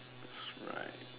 that's right